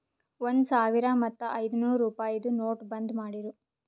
ಒಂದ್ ಸಾವಿರ ಮತ್ತ ಐಯ್ದನೂರ್ ರುಪಾಯಿದು ನೋಟ್ ಬಂದ್ ಮಾಡಿರೂ